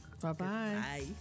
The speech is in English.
bye-bye